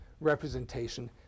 representation